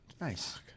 Nice